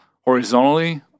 horizontally